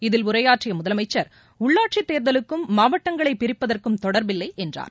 இதில் உரையாற்றியமுதலமைச்சர் உள்ளாட்சித்தேர்தலுக்கும் மாவட்டங்களைபிரிப்பதற்கும் தொடர்பில்லைஎன்றார்